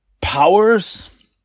powers